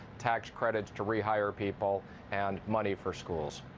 tax credits to rehire people and money for schools.